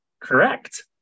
Correct